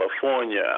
California